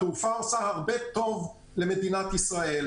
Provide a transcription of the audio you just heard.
התעופה עושה הרבה טוב למדינת ישראל.